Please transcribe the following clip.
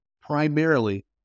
primarily